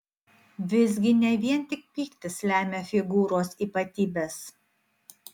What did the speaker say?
visgi ne vien tik pyktis lemia figūros ypatybes